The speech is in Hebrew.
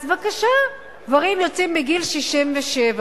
אז בבקשה, גברים יוצאים בגיל 67,